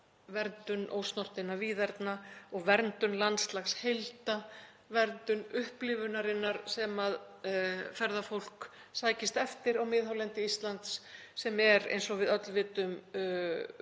verndun ósnortinna víðerna og verndun landslagsheilda, verndun upplifunarinnar sem ferðafólk sækist eftir á miðhálendi Íslands sem er eins og við öll vitum mjög